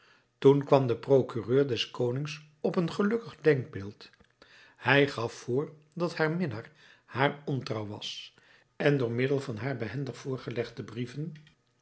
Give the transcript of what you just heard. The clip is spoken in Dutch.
toen kwam de procureur des konings op een gelukkig denkbeeld hij gaf voor dat haar minnaar haar ontrouw was en door middel van haar behendig voorgelegde brieven